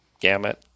gamut